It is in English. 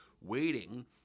waiting